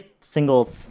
single